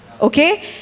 Okay